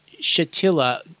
Shatila